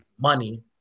money